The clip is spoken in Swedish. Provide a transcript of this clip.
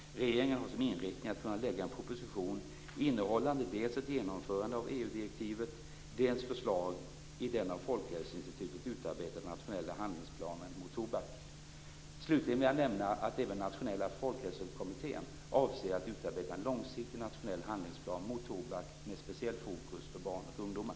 Regeringen har som inriktning att kunna lägga fram en proposition innehållande dels ett genomförande av Slutligen vill jag nämna att även Nationella folkhälsokommittén avser att utarbeta en långsiktig nationell handlingsplan mot tobak med speciellt fokus på barn och ungdomar.